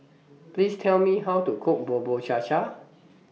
Please Tell Me How to Cook Bubur Cha Cha